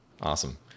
Awesome